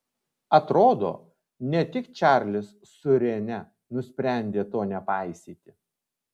atrodo ne tik čarlis su rene nusprendė to nepaisyti